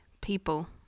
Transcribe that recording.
people